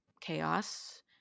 chaos